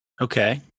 okay